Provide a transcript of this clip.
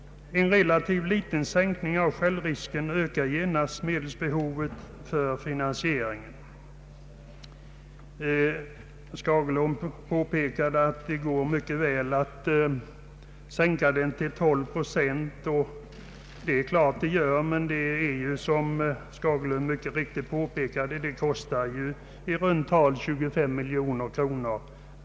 En relativt liten sänkning av självrisken ökar genast medelsbehovet för finansieringen. Herr Skagerlund påpekade att det mycket väl går att sänka självrisken till 12 procent. Det gör det, men som herr Skagerlund också mycket riktigt påpekade kommer det att kosta i runt tal 25 miljoner kronor.